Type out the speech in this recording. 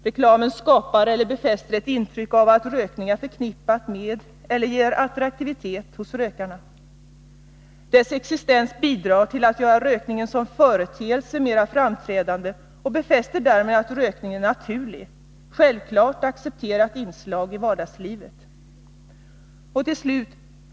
— Reklamen skapar eller befäster ett intryck av att rökning är förknippat med eller ger attraktivitet hos rökarna. — Reklamens existens bidrar till att göra rökningen som företeelse mera framträdande och befäster därmed uppfattningen att rökning är ett naturligt, självklart accepterat inslag i vardagslivet.